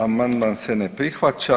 Amandman se ne prihvaća.